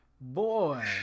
Boy